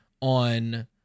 on